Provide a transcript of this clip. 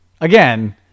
Again